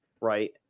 right